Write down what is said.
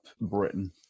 Britain